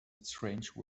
strange